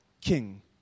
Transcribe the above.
king